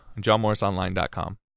johnmorrisonline.com